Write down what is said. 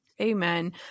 Amen